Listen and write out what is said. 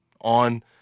on